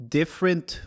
different